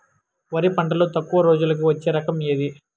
వరి పంటలో తక్కువ రోజులకి వచ్చే రకం ఏది?